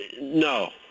no